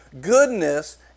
Goodness